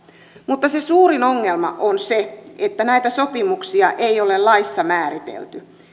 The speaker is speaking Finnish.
mutta se suurin ongelma on se että näitä sopimuksia ei ole laissa määritelty